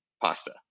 pasta